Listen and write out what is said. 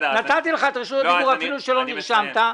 נתתי לך את רשות הדיבור אפילו שלא נרשמת.